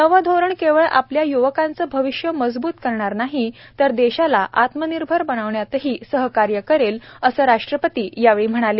नवं धोरण केवळ आपल्या य्वकांचं भविष्य मजबूत करणार नाही तर देशाला आत्मनिर्भर बनवण्यातही सहकार्य करेल असंही राष्ट्रपती यावेळी म्हणाले